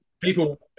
people